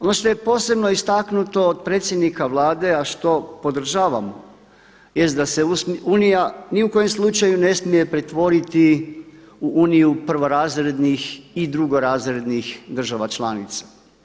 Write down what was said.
Ono što je posebno istaknuto od predsjednika Vlade, a što podržavam jest da se Unija ni u kom slučaju ne smije pretvoriti u Uniju prvorazrednih i drugorazrednih država članica.